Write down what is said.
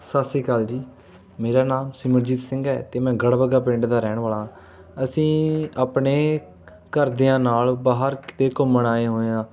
ਸਤਿ ਸ਼੍ਰੀ ਅਕਾਲ ਜੀ ਮੇਰਾ ਨਾਮ ਸਿਮਰਨਜੀਤ ਸਿੰਘ ਹੈ ਅਤੇ ਮੈਂ ਗੜ ਬੱਗਾ ਪਿੰਡ ਦਾ ਰਹਿਣ ਵਾਲਾ ਹਾਂ ਅਸੀਂ ਆਪਣੇ ਘਰਦਿਆਂ ਨਾਲ ਬਾਹਰ ਕਿਤੇ ਘੁੰਮਣ ਆਏ ਹੋਏ ਹਾਂ